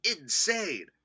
insane